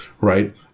right